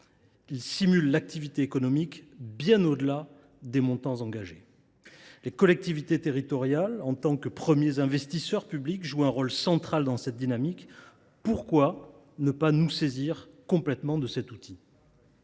ils stimulent l’activité économique bien au delà des montants engagés. Les collectivités territoriales, en tant que premiers investisseurs publics, jouent un rôle central dans cette dynamique. Pourquoi ne pas nous saisir complètement de cet outil ?